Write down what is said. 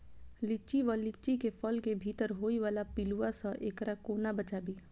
लिच्ची वा लीची केँ फल केँ भीतर होइ वला पिलुआ सऽ एकरा कोना बचाबी?